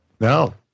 No